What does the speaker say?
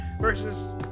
versus